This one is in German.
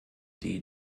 die